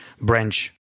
branch